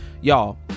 Y'all